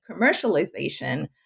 commercialization